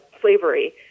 slavery